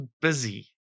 busy